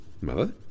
Mother